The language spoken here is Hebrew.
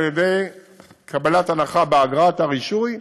על ידי קבלת הנחה באגרת הרישוי.